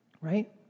Right